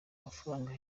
amafaranga